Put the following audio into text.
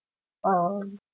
um